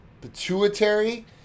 pituitary